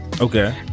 okay